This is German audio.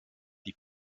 die